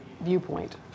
viewpoint